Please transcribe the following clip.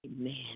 Amen